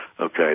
Okay